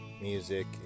music